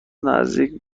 نزدیک